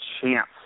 chance